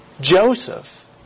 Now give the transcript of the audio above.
Joseph